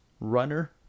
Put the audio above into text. runner